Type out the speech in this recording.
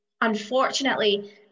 Unfortunately